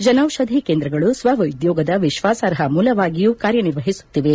ಜನೌಪಧಿ ಕೇಂದ್ರಗಳು ಸ್ವ ಉದ್ಯೋಗದ ವಿಶ್ವಾಸಾರ್ಹ ಮೂಲವಾಗಿಯೂ ಕಾರ್ಯನಿರ್ವಹಿಸುತ್ತಿವೆ